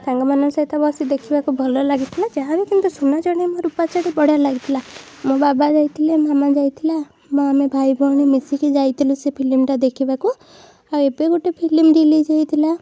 ସାଙ୍ଗମାନଙ୍କ ସହିତ ବସି ଦେଖିବାକୁ ଭଲ ଲାଗିଥିଲା ଯାହା ବି କିନ୍ତୁ ସୁନା ଚଢ଼େଇ ମୋ ରୂପା ଚଢ଼େଇ ବଢ଼ିଆ ଲାଗିଥିଲା ମୋ ବାବା ଯାଇଥିଲେ ମାମା ଯାଇଥିଲା ଆମେ ଭାଇଭଉଣୀ ମିଶିକି ଯାଇଥିଲୁ ସେ ଫିଲ୍ମଟା ଦେଖିବାକୁ ଆଉ ଏବେ ଗୋଟେ ଫିଲ୍ମ ରିଲିଜ୍ ହେଇଥିଲା